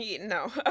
no